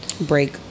break